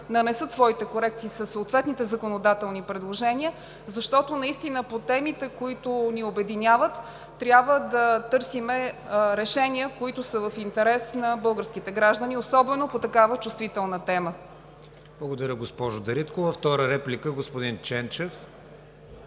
нанесат своите корекции със съответните законодателни предложения, защото наистина по темите, които ни обединяват, трябва да търсим решения, които са в интерес на българските граждани, особено по такава чувствителна тема. ПРЕДСЕДАТЕЛ КРИСТИАН ВИГЕНИН: Благодаря, госпожо Дариткова. Втора реплика – господин Ченчев.